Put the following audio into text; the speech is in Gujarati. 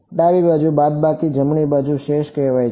ડાબી બાજુ બાદબાકી જમણી બાજુ શેષ કહેવાય છે